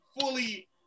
fully